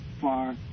far